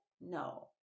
no